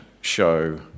show